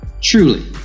Truly